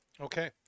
Okay